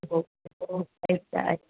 हो हो चालेल अच्छा